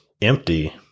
empty